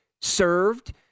served